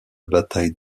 bataille